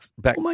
Back